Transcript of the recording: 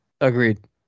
Agreed